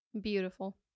Beautiful